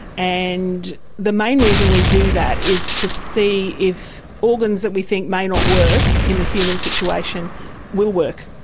and the main reason we do that is to see if organs that we think may not work in the human situation will work.